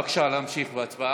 בבקשה להמשיך בהצבעה.